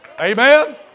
Amen